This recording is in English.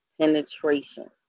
penetration